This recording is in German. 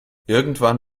irgendwann